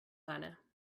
manner